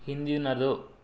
ಹಿಂದಿನದು